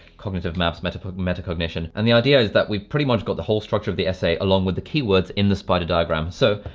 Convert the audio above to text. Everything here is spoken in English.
cognitive maps, but metacognition. and the idea is that we've pretty much got the whole structure of the essay along with the keywords in the spider diagram. so,